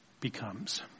becomes